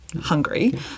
hungry